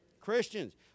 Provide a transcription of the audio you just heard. Christians